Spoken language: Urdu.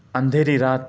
اندھیری رات